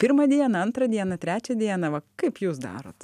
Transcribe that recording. pirmą dieną antrą dieną trečią dieną va kaip jūs darot